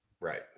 Right